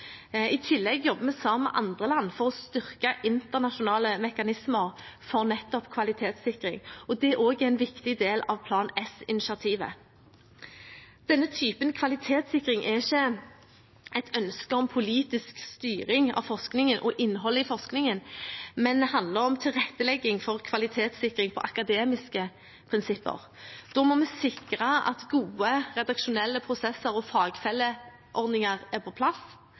I tillegg jobber vi sammen med andre land for å styrke internasjonale mekanismer for nettopp kvalitetssikring. Dette er også en viktig del av Plan S-initiativet. Denne typen kvalitetssikring er ikke et ønske om politisk styring av forskningen og dens innhold, men handler om tilrettelegging for kvalitetssikring på akademiske premisser. Da må vi sikre at gode redaksjonelle prosesser og fagfelleordninger er på plass.